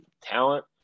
talent